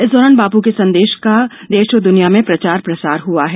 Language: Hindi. इस दौरान बापू के संदेश का देश और दुनिया में प्रचार प्रसार हुआ है